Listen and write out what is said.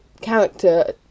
character